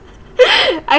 I